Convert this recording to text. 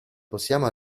possiamo